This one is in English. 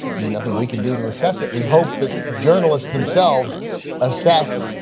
i mean, nothing we can do to assess it, we hope that journalists themselves assess